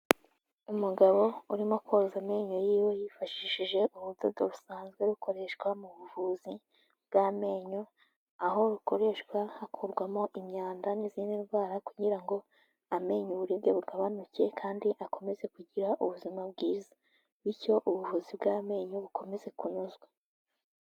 Umugabo urimo koza amenyo yiwe yifashishije ubudodo busanzwe bukoreshwa mu buvuzi bw'amenyo, aho rukoreshwa hakurwamo imyanda n'izindi ndwara kugira ngo amenyo uburibwe bugabanyuke kandi akomeze kugira ubuzima bwiza bityo ubuvuzi bw'amenyo bukomeze kunozwa.